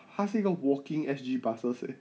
他是一个 walking S_G buses leh